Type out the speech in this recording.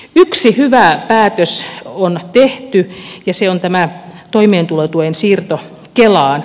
yksi hyvä päätös on tehty ja se on tämä toimeentulotuen siirto kelaan